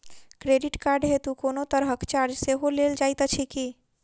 Credit card हेतु कोनो तरहक चार्ज सेहो लेल जाइत अछि की?